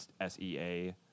S-E-A